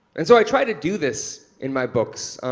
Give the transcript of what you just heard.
and so i try to do this in my books.